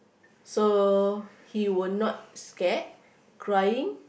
so he will not scared crying